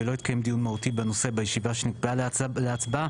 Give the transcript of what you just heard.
ולא יתקיים דיון מהותי בנושא בישיבה שנקבעה להצבעה,